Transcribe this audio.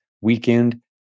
weekend